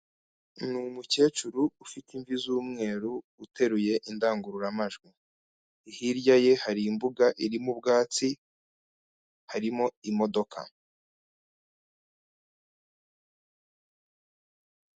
Ni umukecuru ufite imvi z'umweru, uteruye indangururamajwi. Hirya ye hari imbuga irimo ubwatsi, harimo imodoka.